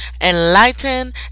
enlighten